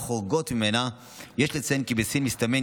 עמית אסתר בוסקילה,